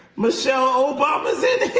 michelle obama's in